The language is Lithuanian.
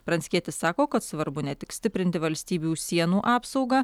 pranckietis sako kad svarbu ne tik stiprinti valstybių sienų apsaugą